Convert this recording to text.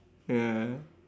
ya